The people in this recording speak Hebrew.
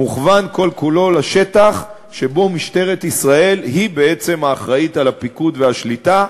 מוכוון כל כולו לשטח שבו משטרת ישראל היא בעצם האחראית לפיקוד ולשליטה,